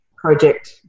Project